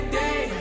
day